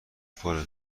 پره